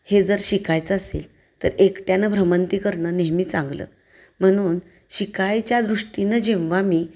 हे जर शिकायचं असेल तर एकट्यानं भ्रमंती करणं नेहमी चांगलं म्हणून शिकायच्या दृष्टीनं जेव्हा मी